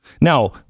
Now